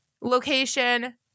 location